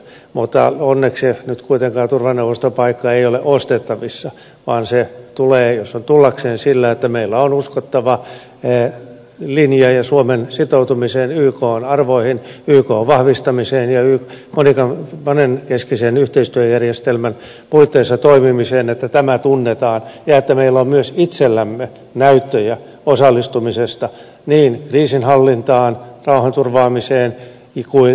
mutta onneksi nyt kuitenkaan turvaneuvoston paikka ei ole ostettavissa vaan se tulee jos on tullakseen sillä että meillä on uskottava linja ja suomen sitoutuminen ykn arvoihin ykn vahvistamiseen ja monenkeskisen yhteistyöjärjestelmän puitteissa toimimiseen tunnetaan ja että meillä on myös itsellämme näyttöjä osallistumisesta niin kriisinhallintaan rauhanturvaamiseen kuin kehitysyhteistyöhön